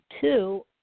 two